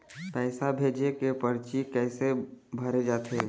पैसा भेजे के परची कैसे भरे जाथे?